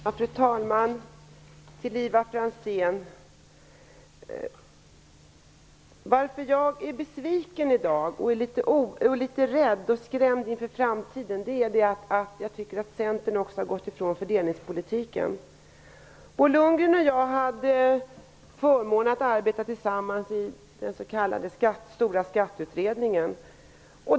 Fru talman! Anledningen till att jag är besviken i dag, litet rädd och skrämd inför framtiden är att Centern har gått ifrån fördelningspolitiken. Bo Lundgren och jag hade förmånen att arbeta tillsammans i den stora skatteutredningen.